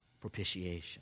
Propitiation